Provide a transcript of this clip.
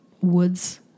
woods